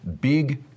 big